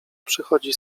przychodzi